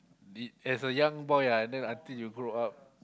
did as a young boy ah then until you grow up